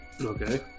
Okay